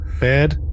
Bad